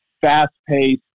fast-paced